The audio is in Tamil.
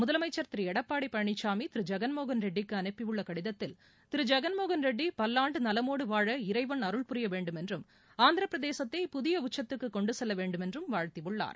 முதலமைச்சர் திரு எடப்பாடி பழனிசாமி திரு ஜெகன்மோகன் ரெட்டிக்கு அனுப்பியுள்ள கடிதத்தில் திரு ஜெகன்மோகன் ரெட்டி பல்லாண்டு நலமோடு வாழ இறைவன் அருள்புரிய வேண்டும் என்றும் ஆந்திரப் பிரதேசத்தை புதிய உச்சத்துக்கு கொண்டு செல்ல வேண்டும் என்றும் வாழ்த்தியுள்ளார்